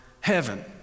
heaven